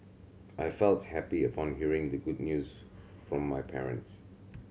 I felt happy upon hearing the good news from my parents